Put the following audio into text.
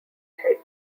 head